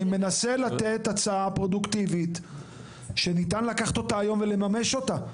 אני מנסה לתת הצעה פרודוקטיבית שניתן לקחת אותה היום ולממש אותה.